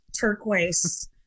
turquoise